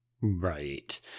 right